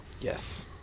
Yes